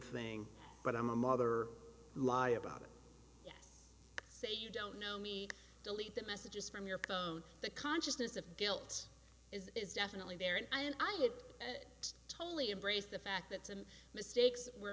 thing but i'm a mother who lie about it say you don't know me delete the messages from your phone the consciousness of guilt is definitely there and i had it totally embrace the fact that some mistakes were